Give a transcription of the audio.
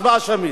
הצבעה שמית.